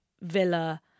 Villa